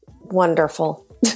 wonderful